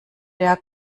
der